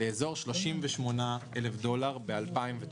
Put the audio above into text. לאזור 38,000 ב-2019.